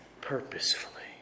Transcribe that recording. purposefully